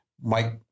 Mike